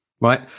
Right